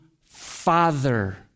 Father